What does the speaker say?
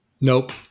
Nope